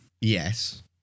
Yes